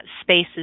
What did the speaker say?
spaces